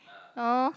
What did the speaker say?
no